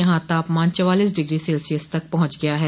यहां तापमान चौवालीस डिग्री सेल्सियस तक पहुंच गया है